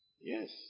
Yes